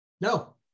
no